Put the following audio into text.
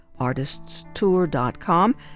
Artiststour.com